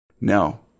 No